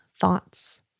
thoughts